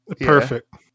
Perfect